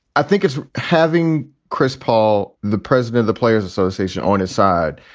i think it's having chris paul, the president of the players association, on his side.